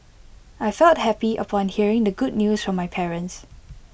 I felt happy upon hearing the good news from my parents